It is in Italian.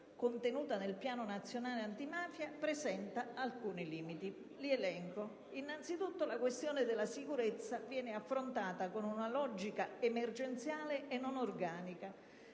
contenuta nel Piano nazionale antimafia, presenta alcuni limiti. Li elenco. Innanzitutto, la questione della sicurezza viene affrontata con una logica emergenziale e non organica,